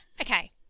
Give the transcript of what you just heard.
okay